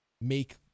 Make